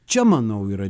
čia manau yra